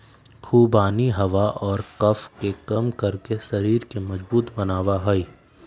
खुबानी हवा और कफ के कम करके शरीर के मजबूत बनवा हई